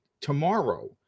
tomorrow